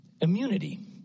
Immunity